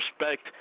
respect